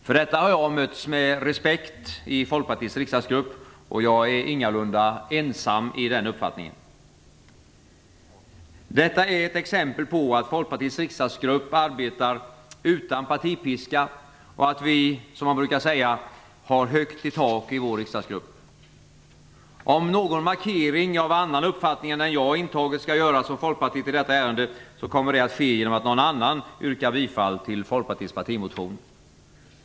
För detta har jag mötts med respekt i Folkpartiets riksdagsgrupp, och jag är ingalunda ensam i min uppfattning. Detta är ett exempel på att Folkpartiets riksdagsgrupp arbetar utan partipiska och att vi - som man brukar säga - har högt i tak i vår riksdagsgrupp. Om någon markering av annan uppfattning än den jag intagit skall göras från Folkpartiet i detta ärende, kommer det att ske genom att någon annan yrkar bifall till Folkpartiets partimotion.